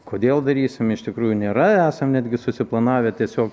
kodėl darysim iš tikrųjų nėra esam netgi susiplanavę tiesiog